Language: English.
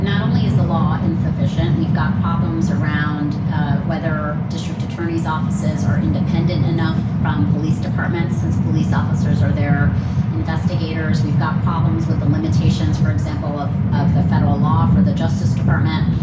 not only is the law insufficient, we've got problems around whether district attorney's offices are independent enough from police departments. since police officers are their investigators. we've got problems with the limitations, for example, of of the federal law or the justice department.